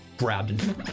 Grabbed